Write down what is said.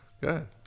Good